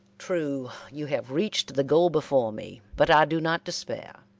true, you have reached the goal before me, but i do not despair.